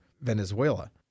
Venezuela